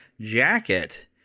jacket